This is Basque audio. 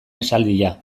esaldia